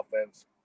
offense